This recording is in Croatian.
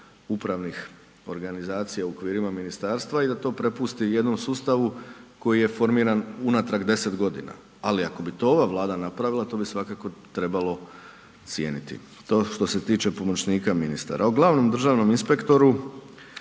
upravnih organizacija u okvirima ministarstva i da to prepusti jednom sustavu koji je formiran unatrag 10 godina ali ako bi to ova Vlada napravila, to bi svakako trebalo cijeniti i to što se tiče pomoćnika ministara. O glavnom državnom inspektoru